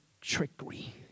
trickery